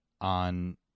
on